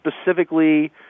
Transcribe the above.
specifically